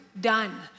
done